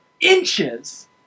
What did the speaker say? inches